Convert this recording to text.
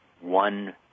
one